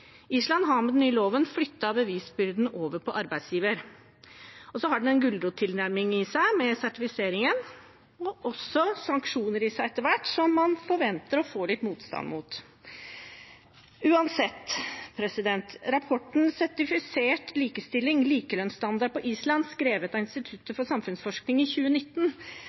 Island har med den nye loven flyttet bevisbyrden over på arbeidsgiver. Så har den med sertifiseringen en gulrottilnærming i seg – og etter hvert også sanksjoner i seg, som man forventer å få litt motstand mot. Uansett, i rapporten «Sertifisert likestilling. Likelønnsstandarden på Island», skrevet av Institutt for samfunnsforskning i